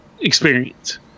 experience